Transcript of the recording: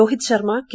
Rohit Sharma K